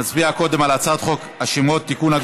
נצביע קודם על הצעת חוק השמות (תיקון,